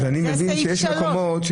כל רמקול של